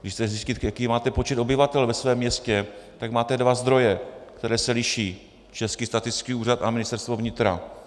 Když chcete zjistit, jaký máte počet obyvatel ve svém městě, tak máte dva zdroje, které se liší Český statistický úřad a Ministerstvo vnitra.